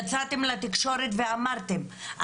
יצאתם לתקשורת ואמרתם,